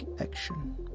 action